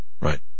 right